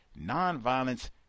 nonviolence